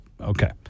Okay